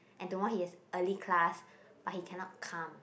and tomorrow he has early class but he cannot come